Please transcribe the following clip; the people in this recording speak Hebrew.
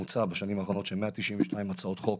ממוצע בשנים האחרונות של 192 הצעות חוק